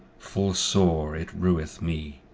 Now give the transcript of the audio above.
full sore it rueth me.